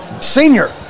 senior